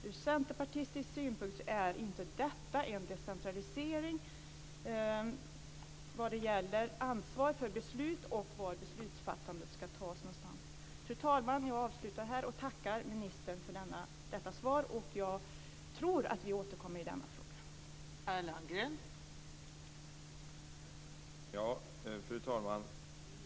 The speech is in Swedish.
Ur centerpartistisk synpunkt är inte detta en decentralisering vad gäller ansvar för beslut och var beslutsfattandet ska ske. Fru talman! Jag avslutar här och tackar ministern för detta svar. Jag tror att vi återkommer i denna fråga.